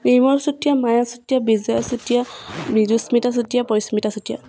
Nirmal Chutia Maya Chutia Bijoy Chutia Mridusmita Chutia Parismita Chutia